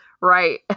Right